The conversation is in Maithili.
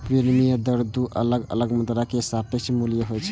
विनिमय दर दू अलग अलग मुद्रा के सापेक्ष मूल्य होइ छै